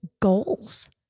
goals